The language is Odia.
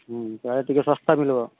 ସିଆଡ଼େ ଟିକେ ଶସ୍ତା ମିଳିବ